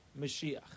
Mashiach